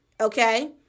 okay